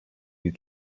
you